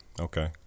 Okay